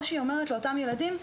או שהיא אומרת לאותם ילדים,